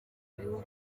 bihugu